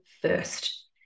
first